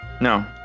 No